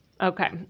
Okay